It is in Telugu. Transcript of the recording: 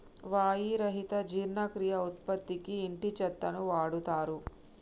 వాయి రహిత జీర్ణక్రియ ఉత్పత్తికి ఇంటి చెత్తను వాడుతారు